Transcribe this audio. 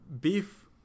beef